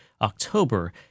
October